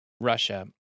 Russia